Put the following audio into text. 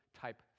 type